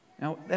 Now